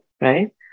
right